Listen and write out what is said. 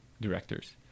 directors